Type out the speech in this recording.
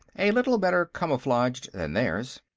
a little better camouflaged than theirs.